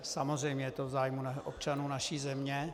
Samozřejmě je to v zájmu občanů naší země.